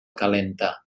calenta